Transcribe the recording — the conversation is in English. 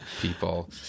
people